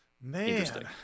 Man